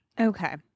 okay